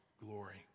glory